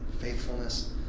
faithfulness